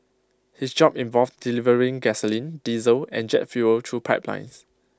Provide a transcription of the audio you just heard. his job involved delivering gasoline diesel and jet fuel through pipelines